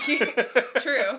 True